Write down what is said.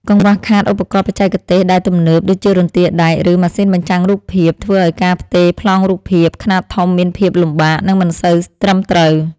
កង្វះខាតឧបករណ៍បច្ចេកទេសដែលទំនើប ដូចជារន្ទាដែក ឬម៉ាស៊ីនបញ្ចាំងរូបភាព ធ្វើឱ្យការផ្ទេរប្លង់រូបភាពខ្នាតធំមានភាពលំបាក និងមិនសូវត្រឹមត្រូវ។